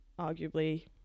arguably